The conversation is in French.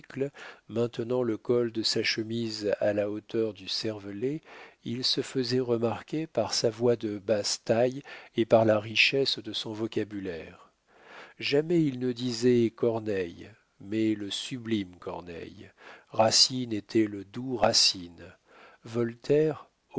maintenant le col de sa chemise à la hauteur du cervelet il se faisait remarquer par sa voix de basse-taille et par la richesse de son vocabulaire jamais il ne disait corneille mais le sublime corneille racine était le doux racine voltaire